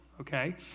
okay